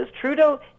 Trudeau